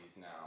now